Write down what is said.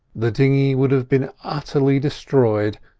the dinghy would have been utterly destroyed,